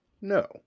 No